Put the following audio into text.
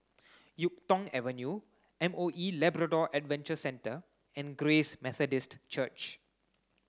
Yuk Tong Avenue M O E Labrador Adventure Centre and Grace Methodist Church